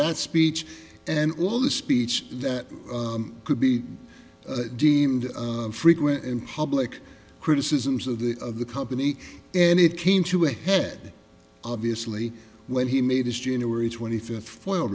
that speech and all the speech that could be deemed frequent and public criticisms of the of the company and it came to a head obviously when he made his january twenty fifth fo